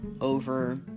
Over